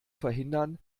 verhindern